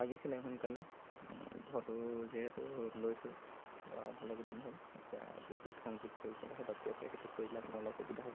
লাগিছিলে সোনকালে মই ঘৰটো যিহেতু লৈছোঁ বা ভালেকেইদিন হ'ল এতিয়া বিদ্যুৎ সংযোগ কৰি পেলাই সেই বাকী আছে সেইটো কৰিলে মোৰ অলপ সুবিধা হ'ব